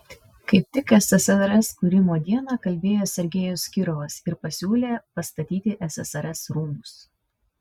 kaip tik ssrs kūrimo dieną kalbėjo sergejus kirovas ir pasiūlė pastatyti ssrs rūmus